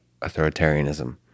authoritarianism